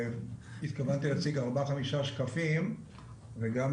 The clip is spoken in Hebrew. התכוונתי להציג ארבעה-חמישה שקפים וגם